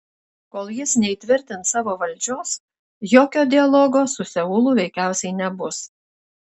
kol jis neįtvirtins savo valdžios jokio dialogo su seulu veikiausiai nebus